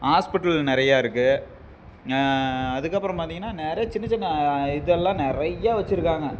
hospital நிறையா இருக்கு அதற்கப்பறம் பார்த்தீங்கன்னா நிறைய சின்னச் சின்ன இதெல்லாம் நிறையா வச்சிருக்காங்க